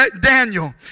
Daniel